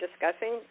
discussing